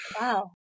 Wow